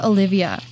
Olivia